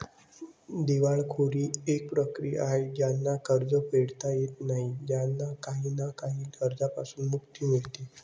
दिवाळखोरी एक प्रक्रिया आहे ज्यांना कर्ज फेडता येत नाही त्यांना काही ना काही कर्जांपासून मुक्ती मिडते